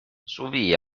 suvi